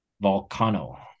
Volcano